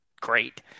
great